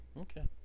Okay